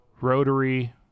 rotary